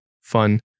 fun